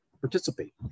participate